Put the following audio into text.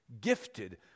Gifted